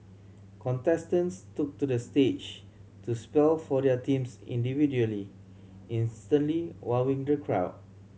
contestants took to the stage to spell for their teams individually instantly wowing the crowd